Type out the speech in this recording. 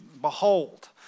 Behold